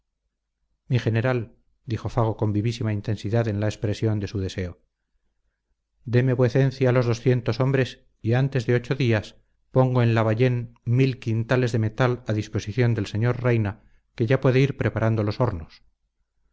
mi general dijo fago con vivísima intensidad en la expresión de su deseo deme vuecencia los doscientos hombres y antes de ocho días pongo en labayén mil quintales de metal a disposición del sr reina que ya puede ir preparando los hornos